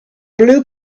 blue